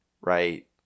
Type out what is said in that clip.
right